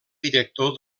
director